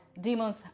demons